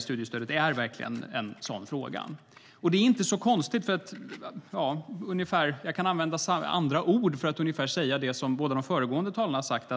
Studiestödet är verkligen en sådan fråga. Det är inte så konstigt. Jag kan använda andra ord för att säga vad de båda föregående talarna har sagt.